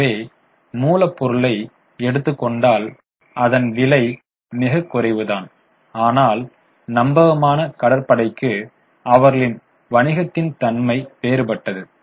எனவே மூலப் பொருளை எடுத்துக் கொண்டால் அதன் விலை மிகக் குறைவுதான் ஆனால் நம்பகமான கடற்படைக்கு அவர்களின் வணிகத்தின் தன்மை வேறுபட்டது